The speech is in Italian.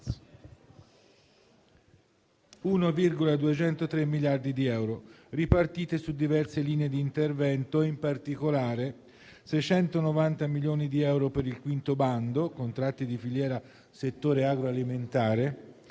1,203 miliardi di euro, ripartite su diverse linee di intervento, e in particolare 690 milioni di euro per il quinto bando (contratti di filiera settore agroalimentare),